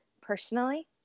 personally